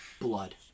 Blood